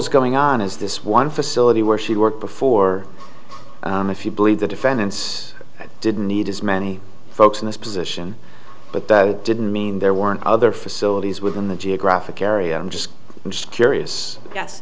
was going on is this one facility where she worked before if you believe the defense didn't need as many folks in this position but that didn't mean there were other facilities within the geographic area i'm just i'm just curious yes